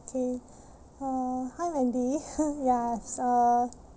K uh hi wendy ya so